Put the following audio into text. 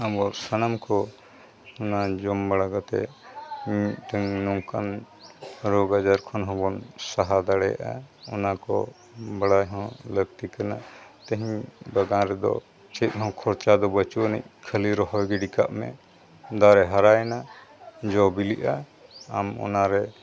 ᱟᱵᱚ ᱥᱟᱱᱟᱢ ᱠᱚ ᱚᱱᱟ ᱡᱚᱢ ᱵᱟᱲᱟ ᱠᱟᱛᱮᱫ ᱢᱤᱫᱴᱮᱱ ᱱᱚᱝᱠᱟᱱ ᱨᱳᱜᱽ ᱟᱡᱟᱨ ᱠᱷᱚᱱ ᱦᱚᱸᱵᱚᱱ ᱥᱟᱦᱟ ᱫᱟᱲᱮᱭᱟᱜᱼᱟ ᱚᱱᱟ ᱠᱚ ᱵᱟᱲᱟᱭ ᱦᱚᱸ ᱞᱟᱹᱠᱛᱤ ᱠᱟᱱᱟ ᱛᱮᱦᱮᱧ ᱵᱟᱜᱟᱱ ᱨᱮᱫᱚ ᱪᱮᱫ ᱦᱚᱸ ᱠᱷᱚᱨᱪᱟ ᱫᱚ ᱵᱟᱹᱱᱩᱜ ᱟᱹᱱᱤᱡ ᱠᱷᱟᱹᱞᱤ ᱨᱚᱦᱚᱭ ᱜᱤᱰᱤ ᱠᱟᱜ ᱢᱮ ᱫᱟᱨᱮ ᱦᱟᱨᱟᱭᱮᱱᱟ ᱡᱚᱼᱵᱤᱞᱤᱜᱼᱟ ᱟᱢ ᱚᱱᱟᱨᱮ